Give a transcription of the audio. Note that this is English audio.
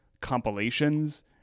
compilations